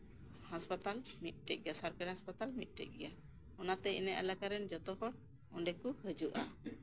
ᱦᱟᱥᱯᱟᱛᱟᱞ ᱢᱤᱫᱴᱮᱡ ᱜᱮᱭᱟ ᱥᱚᱨᱠᱟᱨᱤ ᱦᱟᱥᱯᱟᱛᱟᱞ ᱢᱤᱫᱴᱮᱡ ᱜᱮᱭᱟ ᱚᱱᱟᱛᱮ ᱟᱞᱮ ᱮᱞᱟᱠᱟ ᱨᱮᱱ ᱡᱚᱛᱚ ᱦᱚᱲ ᱚᱸᱰᱮ ᱠᱚ ᱦᱤᱡᱩᱜᱼᱟ